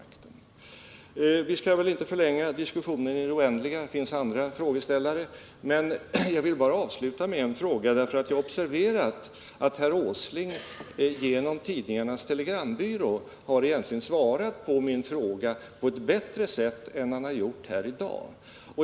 14 februari 1980 Vi skall väl inte förlänga diskussionen i det oändliga — det finns också andra frågeställare — men jag vill avsluta med en fråga. Jag har observerat att herr Åsling genom Tidningarnas Telegrambyrå egentligen redan har svarat på min fråga på ett bättre sätt än han har gjort här i dag.